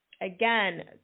again